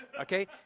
okay